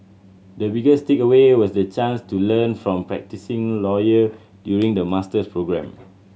the biggest takeaway was the chance to learn from practising lawyers during the master programme